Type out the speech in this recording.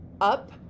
up